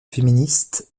féministes